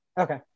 Okay